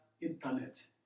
internet